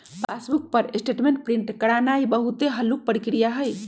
passbook पर statement print करानाइ बहुते हल्लुक प्रक्रिया हइ